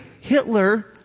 Hitler